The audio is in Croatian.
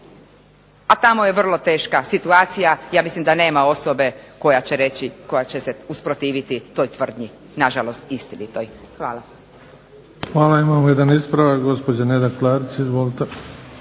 a tamo je vrlo teška situacija, ja mislim da nema osobe koja će reći, koja će se usprotiviti toj tvrdnji nažalost istinitoj. Hvala. **Bebić, Luka (HDZ)** Hvala. Imamo jedan ispravak, gospođa Neda Klarić. Izvolite.